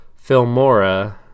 Filmora